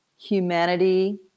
humanity